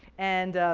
and